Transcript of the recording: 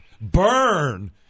Burn